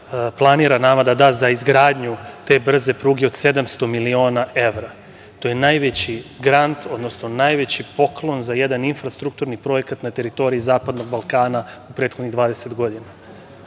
planira nama da da za izgradnju te brze pruge od 700 miliona evra. To je najveći grant, odnosno najveći poklon za jedan infrastrukturni projekat na teritoriji zapadnog Balkana u prethodnih 20 godina.